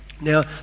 Now